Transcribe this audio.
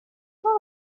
more